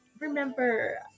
remember